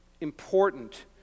important